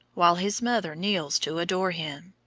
while his mother kneels to adore him.